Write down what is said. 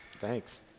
thanks